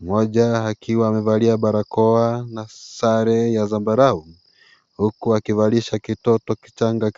mmoja akiwa amevalia barakoa na sare ya zambarau huku akivalisha kitoto kichanga